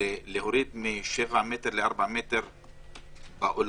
להוריד מ-7 מטר ל-4 מטר באולמות?